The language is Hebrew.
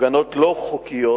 הפגנות לא חוקיות,